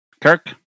Kirk